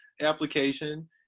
application